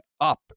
up